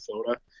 Minnesota